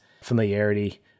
familiarity